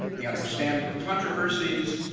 the understanding of controversies,